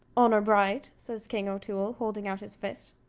honour bright! says king o'toole, holding out his fist.